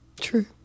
True